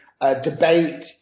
debate